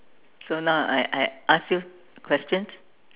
so now I I ask you questions